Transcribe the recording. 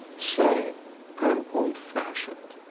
say i'm old-fashioned